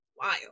wild